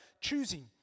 choosing